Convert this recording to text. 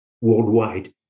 worldwide